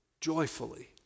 joyfully